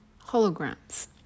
holograms